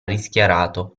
rischiarato